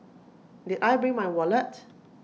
did I bring my wallet